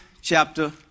chapter